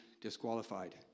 disqualified